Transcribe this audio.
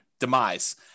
demise